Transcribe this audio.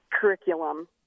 curriculum